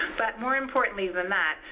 but more importantly than that,